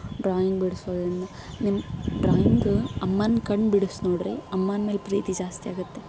drawing ಬಿಡಿಸೋದ್ರಿಂದ ನಿಮ್ಮ drawing ಅಮ್ಮನ ಕಣ್ಣು ಬಿಡ್ಸಿ ನೋಡಿರಿ ಅಮ್ಮನ ಮೇಲೆ ಪ್ರೀತಿ ಜಾಸ್ತಿ ಆಗುತ್ತೆ